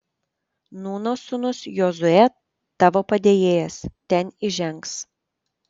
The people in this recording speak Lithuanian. nūno sūnus jozuė tavo padėjėjas ten įžengs